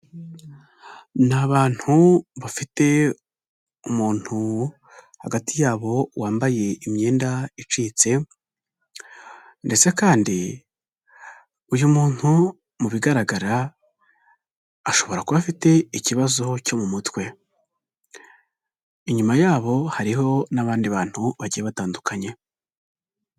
Ni abantu bafite umuntu hagati yabo wambaye imyenda icitse ndetse kandi uyu muntu mu bigaragara ashobora kuba afite ikibazo cyo mu mutwe. Inyuma yabo hariho n'abandi bantu bagiye batandukanye.